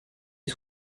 est